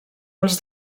els